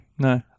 no